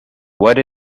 what